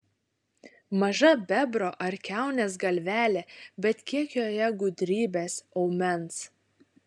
maža bebro ar kiaunės galvelė bet kiek joje gudrybės aumens